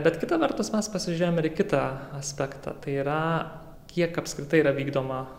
bet kita vertus mes pasižiūrėjom ir į kitą aspektą tai yra kiek apskritai yra vykdoma